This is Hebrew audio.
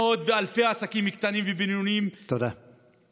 מאות ואלפי עסקים קטנים ובינוניים ייסגרו.